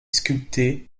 sculptée